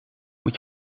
moet